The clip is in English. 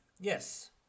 Yes